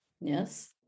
yes